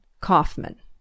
Kaufman